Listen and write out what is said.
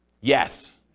Yes